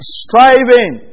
striving